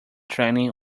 training